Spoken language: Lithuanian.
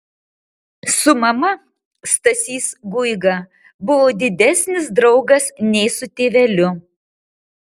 su mama stasys guiga buvo didesnis draugas nei su tėveliu